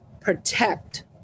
protect